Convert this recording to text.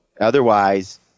otherwise